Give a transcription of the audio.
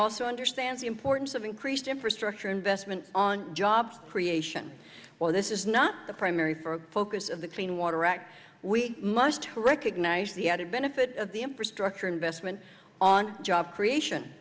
also understands the importance of increased infrastructure investment on job creation while this is not the primary for focus of the clean water act we must recognize the added benefit of the infrastructure investment on job creation